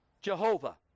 Jehovah